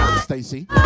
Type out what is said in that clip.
Stacey